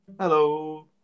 Hello